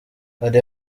hari